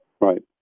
right